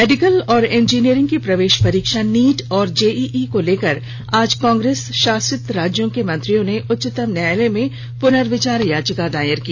medical और engineering की प्रवेश परीक्षा नीट और जेईई को लेकर आज कांग्रेस शासित राज्यों के मंत्रियों ने उच्चतम न्यायालय में पुनर्विचार याचिका दायर की